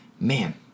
man